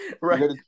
Right